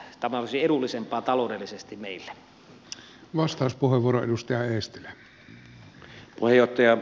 tämä olisi edullisempaa taloudellisesti meille